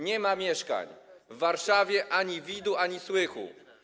Nie ma mieszkań, w Warszawie, ani widu, ani słychu.